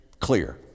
clear